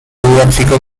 biographical